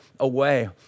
away